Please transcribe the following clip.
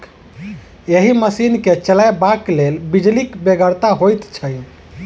एहि मशीन के चलयबाक लेल बिजलीक बेगरता होइत छै